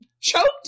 choked